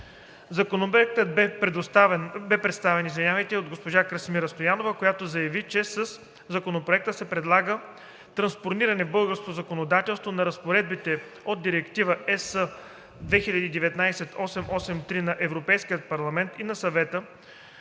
Законопроектът бе представен от госпожа Красимира Стоянова, която заяви, че със Законопроекта се предлага транспониране в българското законодателство на разпоредби от Директива (ЕС) 2019/883 на Европейския парламент и на Съвета